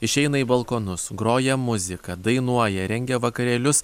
išeina į balkonus groja muzika dainuoja rengia vakarėlius